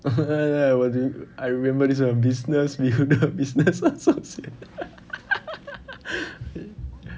oh ya ya ya 我 I remember this [one] business builder business associate